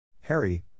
Harry